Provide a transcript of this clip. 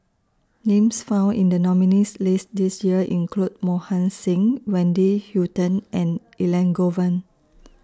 Names found in The nominees' list This Year include Mohan Singh Wendy Hutton and Elangovan